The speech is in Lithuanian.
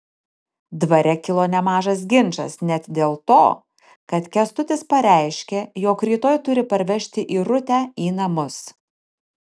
dvare kilo nemažas ginčas net dėl to kad kęstutis pareiškė jog rytoj turi parvežti irutę į namus